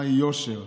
מהו יושר.